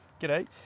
G'day